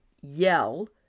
yell